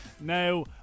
Now